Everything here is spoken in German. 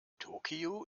tokio